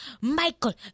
Michael